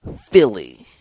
Philly